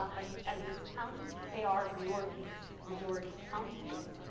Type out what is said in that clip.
like edwards county, they are rewarding majority counties.